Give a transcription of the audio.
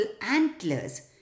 antlers